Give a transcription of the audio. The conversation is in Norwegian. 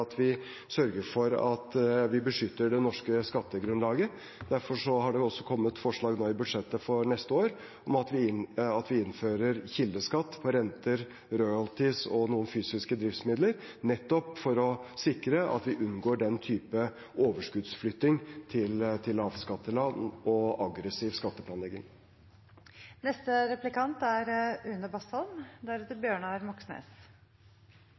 at vi sørger for å beskytte det norske skattegrunnlaget. Derfor har det kommet forslag i budsjettet for neste år om at vi innfører kildeskatt på renter, royalties og noen fysiske driftsmidler, nettopp for å sikre at vi unngår den typen overskuddsflytting til lavskatteland og aggressiv skatteplanlegging.